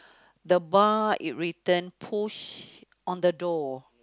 the bar it written push on the door